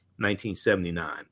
1979